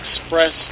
express